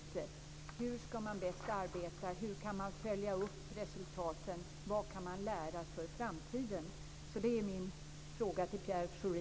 Hur skall man bäst arbeta? Hur kan man följa upp resultaten? Vad kan man lära för framtiden? Detta är mina frågor till Pierre Schori.